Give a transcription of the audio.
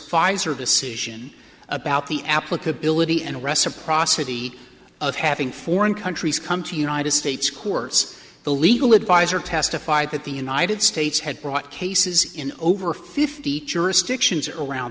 pfizer decision about the applicability and reciprocity of having foreign countries come to united states courts the legal advisor testified that the united states had brought cases in over fifty jurisdictions around